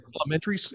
elementary